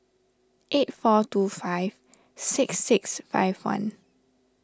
eight four two five six six five one